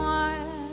one